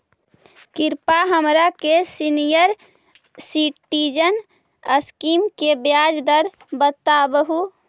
कृपा हमरा के सीनियर सिटीजन स्कीम के ब्याज दर बतावहुं